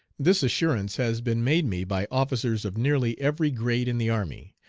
this assurance has been made me by officers of nearly every grade in the army,